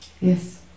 Yes